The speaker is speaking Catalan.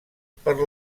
per